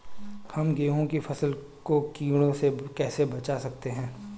हम गेहूँ की फसल को कीड़ों से कैसे बचा सकते हैं?